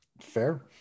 Fair